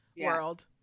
world